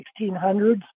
1600s